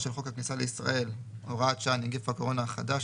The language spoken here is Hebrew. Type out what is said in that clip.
של חוק הכניסה לישראל (הוראת שעה נגיף הקורונה החדש),